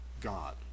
God